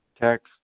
text